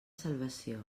salvació